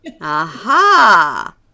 Aha